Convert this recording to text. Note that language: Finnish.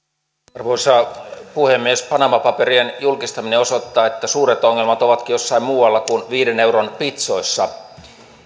arvoisa puhemies panama paperien julkistaminen osoittaa että suuret ongelmat ovatkin jossain muualla kuin viiden euron pitsoissa